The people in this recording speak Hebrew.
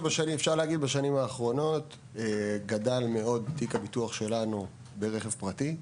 בשנים האחרונות גדל מאוד תיק הביטוח שלנו ברכב פרטי.